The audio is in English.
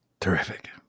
terrific